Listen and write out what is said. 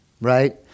Right